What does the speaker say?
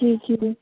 जी ज़रूर